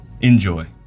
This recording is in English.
Enjoy